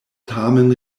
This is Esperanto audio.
tamen